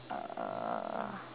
uh